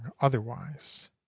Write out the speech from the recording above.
otherwise